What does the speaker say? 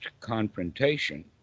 confrontation